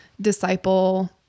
disciple